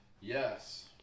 Yes